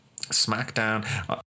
SmackDown